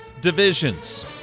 divisions